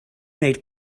wneud